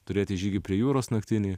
turėti žygį prie jūros naktinį